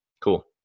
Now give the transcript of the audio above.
Cool